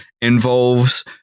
involves